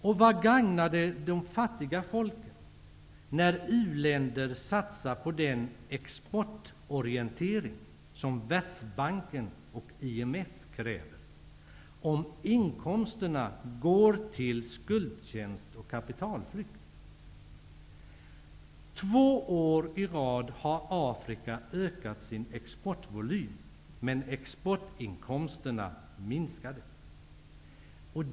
Och vad gagnar det de fattiga folken, när u-länder satsar på den exportorientering, som Världsbanken och IMF kräver, om inkomsterna går till skuldtjänst och kapitalflykt? Två år i rad har Afrika ökat sin exportvolym, men exportinkomsterna minskade.